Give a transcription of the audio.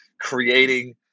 creating